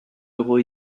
euros